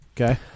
okay